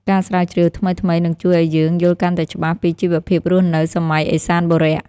ការស្រាវជ្រាវថ្មីៗនឹងជួយឱ្យយើងយល់កាន់តែច្បាស់ពីជីវភាពរស់នៅសម័យឦសានបុរៈ។